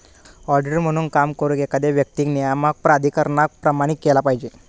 auditor म्हणून काम करुक, एखाद्या व्यक्तीक नियामक प्राधिकरणान प्रमाणित केला पाहिजे